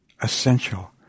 essential